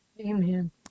Amen